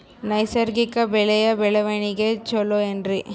ನೈಸರ್ಗಿಕ ಬೆಳೆಯ ಬೆಳವಣಿಗೆ ಚೊಲೊ ಏನ್ರಿ?